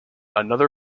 another